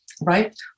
right